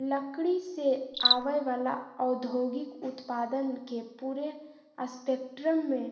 लकड़ी से आवय वला औद्योगिक उत्पादन के पूरे स्पेक्ट्रम में